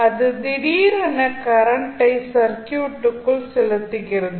அது திடீரென கரண்ட்டை சர்க்யூட்டுக்குள் செலுத்துகிறது